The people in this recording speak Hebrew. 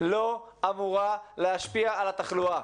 לא אמורה להשפיע על התחלואה.